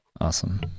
Awesome